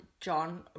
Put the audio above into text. John